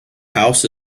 house